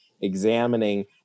examining